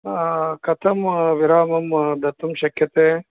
कथं विरामं दातुं शक्यते